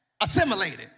assimilated